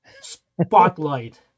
spotlight